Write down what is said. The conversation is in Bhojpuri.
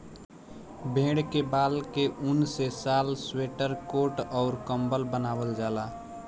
भेड़ के बाल के ऊन से शाल स्वेटर कोट अउर कम्बल बनवाल जाला